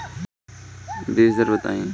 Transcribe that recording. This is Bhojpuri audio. बीज दर बताई?